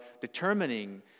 determining